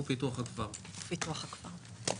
אני מבקש לפתוח את הדיון.